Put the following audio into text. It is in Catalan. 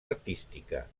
artística